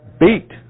beat